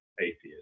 atheists